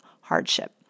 hardship